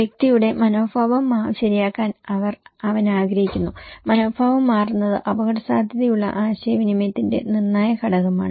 വ്യക്തിയുടെ മനോഭാവം ശരിയാക്കാൻ അവൻ ആഗ്രഹിക്കുന്നു മനോഭാവം മാറുന്നത് അപകടസാധ്യതയുള്ള ആശയവിനിമയത്തിന്റെ നിർണായക ഘടകമാണ്